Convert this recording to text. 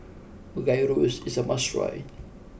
Gyros is a must try